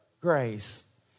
grace